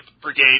brigade